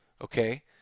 okay